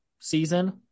season